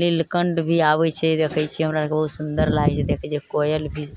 नीलकण्ठ भी आबै छै देखै छियै हमरा आरकेँ बहुत सुन्दर लागै छै देखै छै कोयल भी